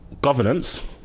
governance